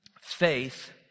faith